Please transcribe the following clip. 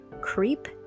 creep